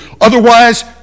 Otherwise